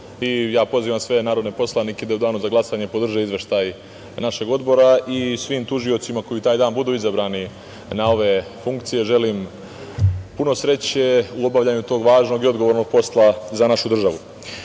i ja pozivam sve narodne poslanike da u danu za glasanje podrže Izveštaj našeg Odbora i svim tužiocima koji taj dan budu izabrani na ove funkcije želim puno sreće u obavljanju tog važnog i odgovornog posla za našu državu.U